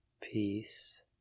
Peace